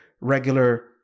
regular